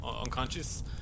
unconscious